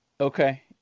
Okay